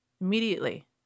immediately